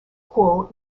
quo